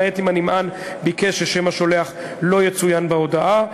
למעט אם הנמען ביקש ששם השולח לא יצוין בהודעה.